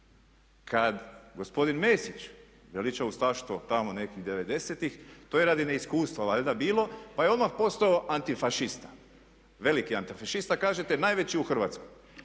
kad gospodin Mesić veliča ustaštvo tamo nekih '90-ih to je radi neiskustva valjda bilo pa je odmah postao antifašisti, veliki antifašista kažete najveći u Hrvatskoj.